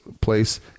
place